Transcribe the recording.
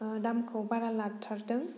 दामखौ बारा लाथारदों